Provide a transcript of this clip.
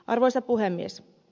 arvoisa puhemies